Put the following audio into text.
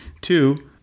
Two